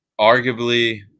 arguably